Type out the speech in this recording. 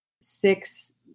six